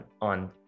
on